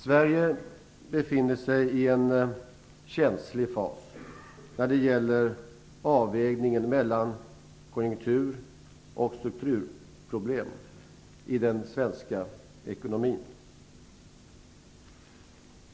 Sverige befinner sig i en känslig fas när det gäller avvägningen mellan konjunktur och strukturproblem i den svenska ekonomin.